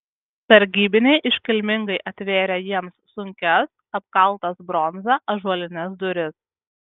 sargybiniai iškilmingai atvėrė jiems sunkias apkaltas bronza ąžuolines duris